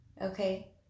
okay